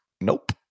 nope